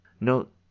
Note